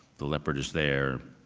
the leopard is there.